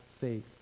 faith